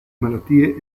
malattie